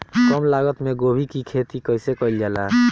कम लागत मे गोभी की खेती कइसे कइल जाला?